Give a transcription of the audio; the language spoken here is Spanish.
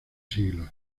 siglos